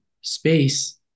space